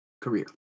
career